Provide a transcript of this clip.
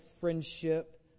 friendship